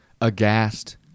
aghast